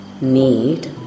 need